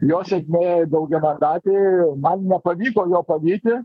jo sėkmė daugiamandatėj man nepavyko jo pavyti